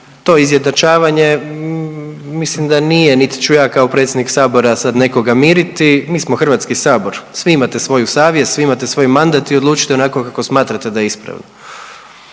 To izjednačavanje mislim da nije niti ću ja kao predsjednik Sabora sad nekoga miriti. Mi smo Hrvatski sabor, svi imate svoju savjest, svi imate svoj mandat i odlučite onako kako smatrate da je ispravno.